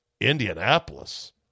Indianapolis